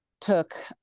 took